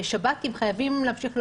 בשבת הם חייבים להמשך לעבוד.